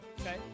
Okay